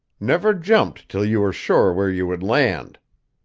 never jumped till you were sure where you would land.